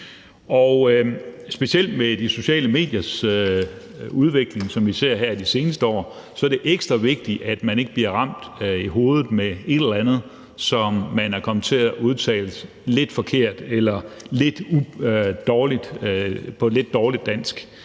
specielt med de sociale mediers udvikling, som vi har set her de seneste år, er det ekstra vigtigt, at man ikke bliver ramt i hovedet med et eller andet, som man er kommet til at udtale lidt forkert eller på et lidt dårligt dansk.